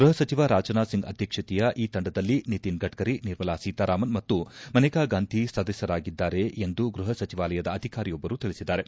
ಗೃಹ ಸಚಿವ ರಾಜನಾಥ್ ಸಿಂಗ್ ಆಧ್ವಕ್ಷತೆಯ ಈ ತಂಡದಲ್ಲಿ ನಿತಿನ್ ಗಡ್ಕರಿ ನಿರ್ಮಲಾ ಸೀತಾರಾಮನ್ ಮತ್ತು ಮನೇಕಾಗಾಂಧಿ ಸದಸ್ಯರಾಗಿದ್ದಾರೆ ಎಂದು ಗೃಪ ಸಚಿವಾಲಯದ ಅಧಿಕಾರಿಯೊಬ್ಬರು ತಿಳಿಸಿದ್ದಾರೆ